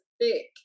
thick